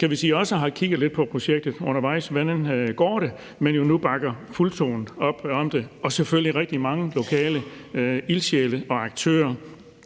kan vi sige, også har kigget lidt på projektet undervejs for at se, hvordan det går, men jo nu bakker fuldtonet op om det – og selvfølgelig rigtig mange lokale ildsjæle og aktører.